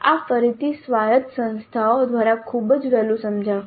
આ ફરીથી સ્વાયત્ત સંસ્થાઓ દ્વારા ખૂબ જ વહેલું સમજાયું